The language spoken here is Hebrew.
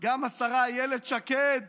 גם השרה אילת שקד